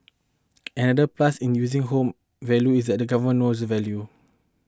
another plus in using home value is that the government knows the value